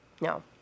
No